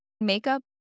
makeup